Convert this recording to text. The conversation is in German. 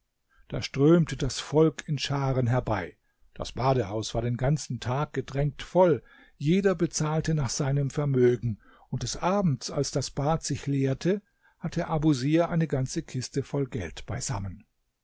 da strömte das volk in scharen herbei das badehaus war den ganzen tag gedrängt voll jeder bezahlte nach seinem vermögen und des abends als das bad sich leerte hatte abusir eine ganze kiste voll geld beisammen